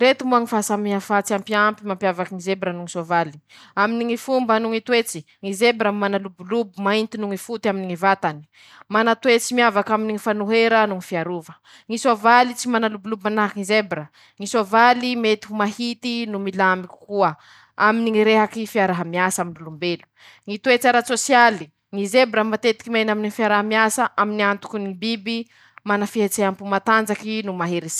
Ndreto moa ñy fahasamihafa tsy ampiampy mampiavaky ñy zebra noho ñy soavaly: -Aminy ñy fomba noho ñy toetsy: ñy zebra mana lobolobo mainty noho ñy foty aminy ñy vatany, mana toetsy miavaky aminy ñy fanohera noho ñy fiarova; ñy soavaly tsy mana lobolobo manahaky ñy zebra, ñy soavaly mety ho mahity no milamy kokoa aminy ñy rehakyfiaraha miasa amin' ny olombelo, ñy toetsy ara- tsosialy ñy zebra matetiky miaina aminy fiaraha miasa aminy gnatoky ñy biby mana fihetseham- po matanjaky no mahery setra.